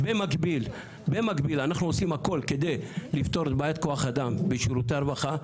במקביל אנחנו עושים הכל כדי לפתור את בעיית כוח אדם בשירותי הרווחה.